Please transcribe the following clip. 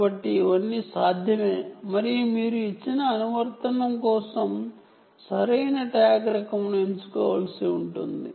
కాబట్టి ఇవన్నీ సాధ్యమే మరియు మీరు ఇచ్చిన అనువర్తనం కోసం సరైన రకం ట్యాగ్ను ఎంచుకోవలసి ఉంటుంది